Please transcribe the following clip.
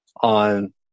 on